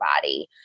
body